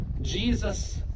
Jesus